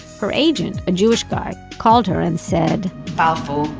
her agent a jewish guy called her and said, balfour?